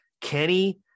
Kenny